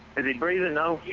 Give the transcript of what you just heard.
is he breathing